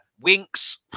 Winks